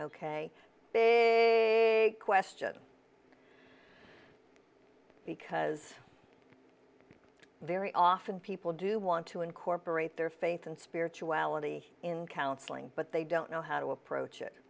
a question because very often people do want to incorporate their faith and spirituality in counseling but they don't know how to approach it